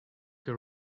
her